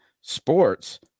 sports